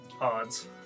Odds